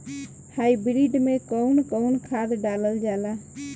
Hybrid में कउन कउन खाद डालल जाला?